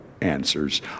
answers